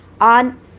on